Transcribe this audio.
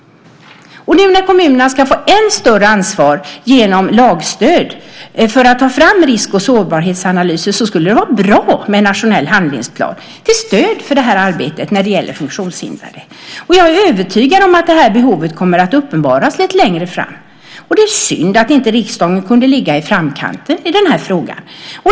När nu kommunerna genom lagstöd ska få än större ansvar för att ta fram risk och sårbarhetsanalyser skulle det vara bra med en nationell handlingsplan till stöd för arbetet när det gäller funktionshindrade. Jag är övertygad om att detta behov kommer att uppenbaras lite längre fram. Det är synd att inte riksdagen kunde ligga i framkanten i den här frågan.